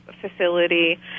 facility